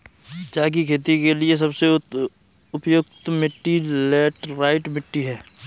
चाय की खेती के लिए सबसे उपयुक्त मिट्टी लैटराइट मिट्टी है